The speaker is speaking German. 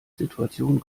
situation